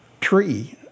tree